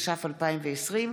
התש"ף 2020,